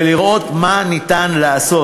ולראות מה אפשר לעשות.